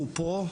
הוא פה,